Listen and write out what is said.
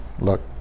Look